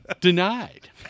Denied